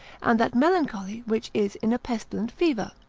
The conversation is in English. and that melancholy which is in a pestilent fever.